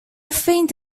faint